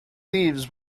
leaves